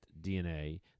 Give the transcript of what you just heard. DNA